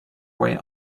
way